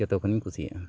ᱡᱚᱛᱚ ᱠᱷᱚᱱᱤᱧ ᱠᱩᱥᱤᱭᱟᱜᱼᱟ